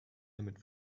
damit